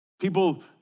People